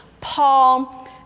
Paul